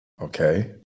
okay